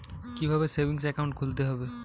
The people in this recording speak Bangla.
কীভাবে সেভিংস একাউন্ট খুলতে হবে?